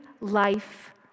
life